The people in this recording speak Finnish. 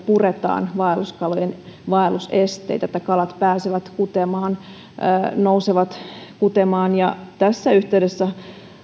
puretaan vaelluskalojen vaellusesteitä että kalat pääsevät kutemaan nousevat kutemaan tässä yhteydessä